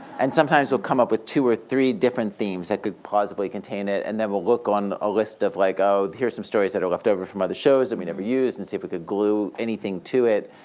and sometimes we'll come up with two or three different themes that could possibly contain it, and then we'll look on a list of like here's some stories that are left over from other shows and we never used, and see if we could glue anything to it,